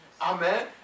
Amen